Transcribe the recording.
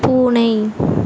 பூனை